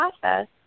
process